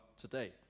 today